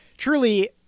Truly